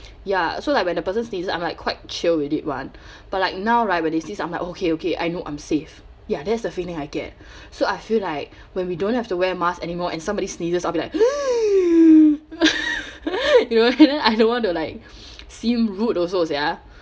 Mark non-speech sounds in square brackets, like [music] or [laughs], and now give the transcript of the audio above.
ya so like when the person sneezes I'm like quite chill with it [one] [breath] but like now right when they sneeze I'm like okay okay I know I'm safe ya that's the feeling I get [breath] so I feel like when we don't have to wear mask anymore and somebody sneeze I'll be like [noise] [laughs] you know I don't want to like [breath] seem rude also sia